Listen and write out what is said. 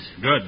Good